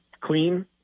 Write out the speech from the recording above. clean